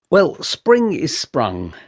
well, spring is sprung.